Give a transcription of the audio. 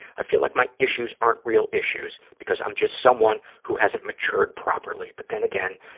i feel like my issues aren't real issues because i'm just someone who hasn't matured properly, but then again,